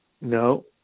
No